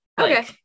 Okay